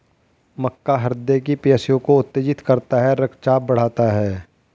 मक्का हृदय की पेशियों को उत्तेजित करता है रक्तचाप बढ़ाता है